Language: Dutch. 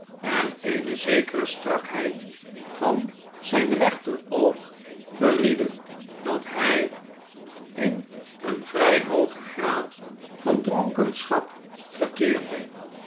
en eene zekere strakheid van zijn rechteroog verriedden dat hij in een vrij hoogen graad van dronkenschap verkeerde